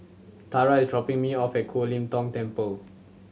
Tara is dropping me off at Ho Lim Kong Temple